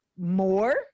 more